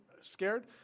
scared